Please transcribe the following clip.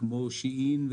כמו שיין,